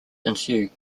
ensue